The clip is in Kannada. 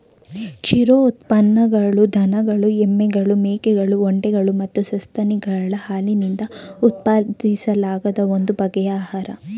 ಕ್ಷೀರೋತ್ಪನ್ನಗಳು ದನಗಳು ಎಮ್ಮೆಗಳು ಮೇಕೆಗಳು ಒಂಟೆಗಳು ಮತ್ತು ಸಸ್ತನಿಗಳ ಹಾಲಿನಿಂದ ಉತ್ಪಾದಿಸಲಾದ ಒಂದು ಬಗೆಯ ಆಹಾರ